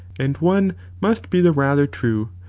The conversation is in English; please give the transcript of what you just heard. and one must be the rather true,